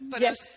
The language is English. Yes